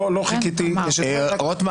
אני חושב